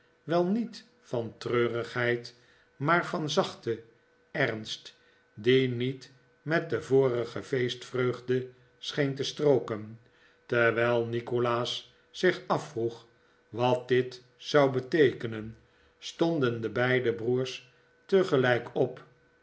wel niet van treurigheid maar van zachten ernst die niet met de vorige feestvreugde scheen te strooken terwijl nikolaas zich afvroeg wat dit zou beteekenen stonden de beide broers tegelijk op